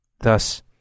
Thus